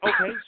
okay